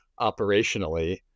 operationally